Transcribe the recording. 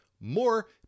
more